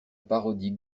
parodie